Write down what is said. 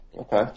okay